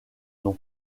nom